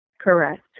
Correct